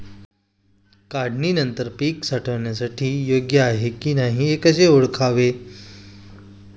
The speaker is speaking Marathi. काढणी नंतर पीक साठवणीसाठी योग्य आहे की नाही कसे ओळखावे?